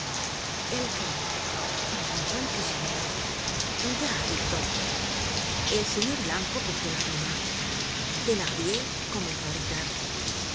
el qué preguntó el prisionero ya dicto el señor blanco cogió la pluma thenardier comenzó á dictar